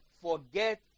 forget